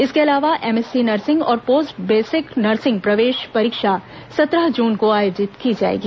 इसके अलावा MSc nursing और पोस्ट बेसिक नर्सिंग प्रवेश परीक्षा सत्रह जून को आयोजित की जाएगी